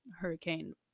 hurricane